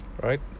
Right